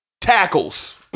tackles